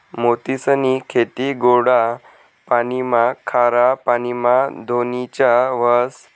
मोतीसनी खेती गोडा पाणीमा, खारा पाणीमा धोनीच्या व्हस